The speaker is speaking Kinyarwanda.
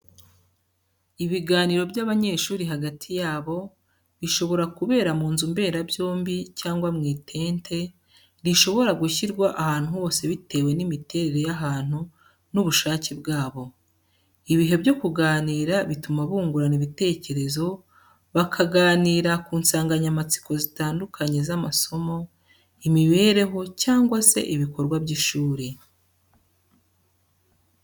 Ibiganiro by'abanyeshuri hagati yabo, bishobora kubera mu nzu mberabyombi cyangwa mu itente, rishobora gushyirwa ahantu hose bitewe n'imiterere y'ahantu n'ubushake bwabo. Ibihe byo kuganira bituma bungurana ibitekerezo, bakaganira ku nsanganyamatsiko zitandukanye z'amasomo, imibereho cyangwa se ibikorwa by'ishuri.